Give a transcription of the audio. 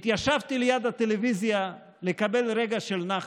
התיישבתי ליד הטלוויזיה לקבל רגע של נחת,